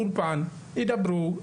אולפן ידברו,